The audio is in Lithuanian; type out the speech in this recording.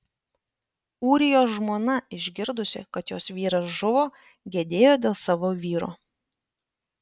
ūrijos žmona išgirdusi kad jos vyras žuvo gedėjo dėl savo vyro